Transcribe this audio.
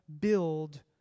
build